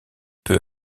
peu